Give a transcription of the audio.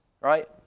right